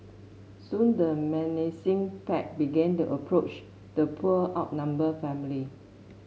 soon the menacing pack began to approach the poor outnumbered family